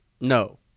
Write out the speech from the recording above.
No